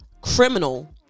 criminal